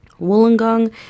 Wollongong